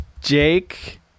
jake